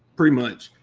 pretty much.